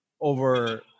over